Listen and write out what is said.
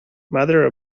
mother